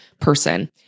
person